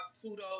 Pluto